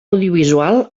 audiovisual